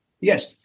Yes